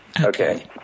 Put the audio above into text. okay